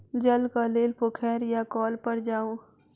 जलक लेल पोखैर या कौल पर जाऊ